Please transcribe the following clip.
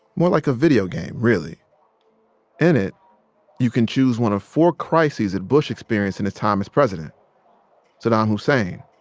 more like a video game, really in it you can choose one of four crises that bush experienced in his time as president saddam hussein,